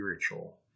spiritual